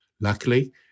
Luckily